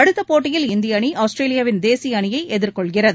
அடுத்த போட்டியில் India A அணி ஆஸ்திரேலியாவின் தேசிய அணியை எதிர்கொள்கிறது